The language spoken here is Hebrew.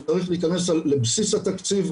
זה צריך להיכנס לבסיס התקציב,